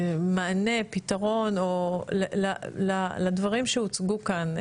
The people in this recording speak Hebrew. מענה, פתרון, לדברים שהוצגו כאן.